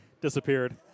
disappeared